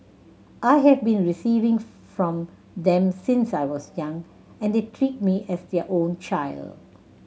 I have been receiving from them since I was young and the treat me as their own child